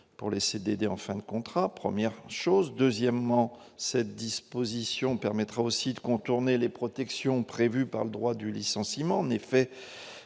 pour les CDD en fin de contrat, première chose, deuxièmement, cette disposition permettra aussi de contourner les protections prévues par le droit du licenciement en effet